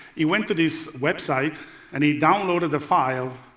he went to this website and he downloaded a file,